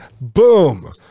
Boom